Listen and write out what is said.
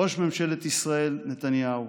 ראש ממשלת ישראל נתניהו,